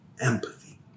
empathy